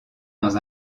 dans